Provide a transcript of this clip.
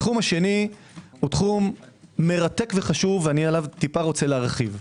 התחום השני הוא תחום מרתק וחשוב ועליו אני רוצה להרחיב מעט.